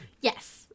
Yes